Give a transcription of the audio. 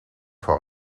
faut